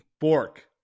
Bork